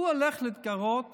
והוא הולך להתגרות